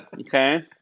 Okay